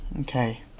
okay